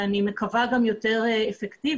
ואני מקווה גם יותר אפקטיבי,